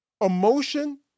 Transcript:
emotion